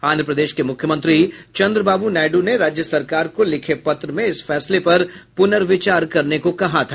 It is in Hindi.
आंध्रप्रदेश के मुख्यमंत्री चन्द्र बाबू नायडू ने राज्य सरकार को लिखे पत्र में इस फैसले पर पुर्नर्विचार करने को कहा था